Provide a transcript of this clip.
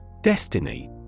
Destiny